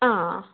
ആ